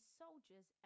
soldiers